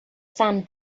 sand